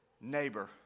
neighbor